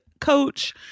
coach